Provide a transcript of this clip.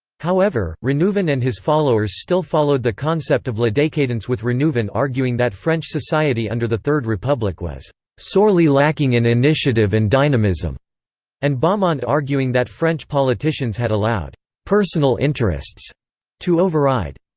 however, renouvin and his followers still followed the concept of la decadence with renouvin arguing that french society under the third republic was sorely lacking in initiative and dynamism and baumont arguing that french politicians had allowed personal interests to override.